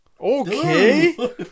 Okay